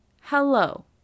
Hello